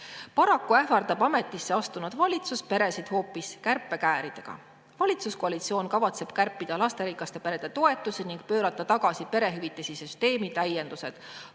Paraku ähvardab ametisse astunud valitsus peresid hoopis kärpekääridega. Valitsuskoalitsioon kavatseb kärpida lasterikaste perede toetusi ning pöörata tagasi perehüvitise süsteemi täiendused,